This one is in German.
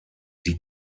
die